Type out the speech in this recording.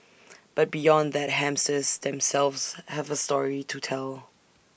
but beyond that hamsters themselves have A story to tell